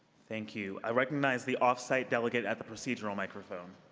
thank you. i recognize the off-site delegate at the procedural microphone.